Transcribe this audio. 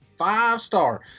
Five-star